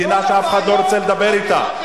מדינה שאף אחד לא רוצה לדבר אתה,